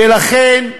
ולכן,